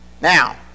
Now